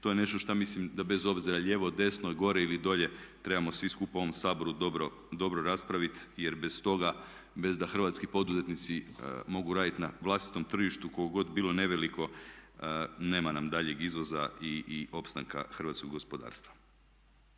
to je nešto što mislim da bez obzira lijevo, desno, gore ili dolje trebamo svi skupa u ovom Saboru dobro raspraviti jer bez toga bez da hrvatski poduzetnici mogu raditi na vlastitom tržištu koliko god bilo neveliko nema nam daljnjeg izvoza i opstanka hrvatskog gospodarstva.